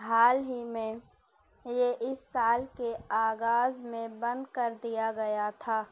حال ہی میں یہ اس سال کے آغاز میں بند کر دیا گیا تھا